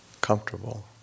comfortable